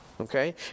Okay